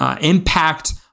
impact